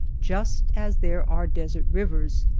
just as there are desert rivers,